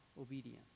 obedience